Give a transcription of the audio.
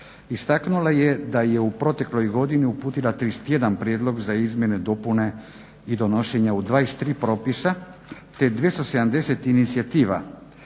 Istaknula je da je u protekloj godini uputila 31 prijedlog za izmjene, dopune i donošenje u 23 propisa te 270 inicijativa